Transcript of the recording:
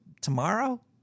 tomorrow